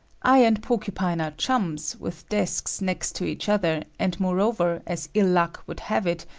i and porcupine are chums with desks next to each other, and moreover, as ill-luck would have it,